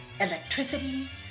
electricity